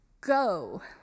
go